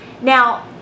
now